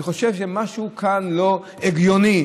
אני חושב שמשהו כאן לא הגיוני,